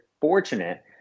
fortunate